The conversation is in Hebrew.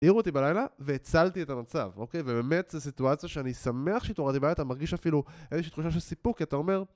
העירו אותי בלילה והצלתי את המצב אוקיי? ובאמת זה סיטואציה שאני שמח שהתעוררתי בלילה אתה מרגיש אפילו איזושהי תחושה של סיפוק כי אתה אומר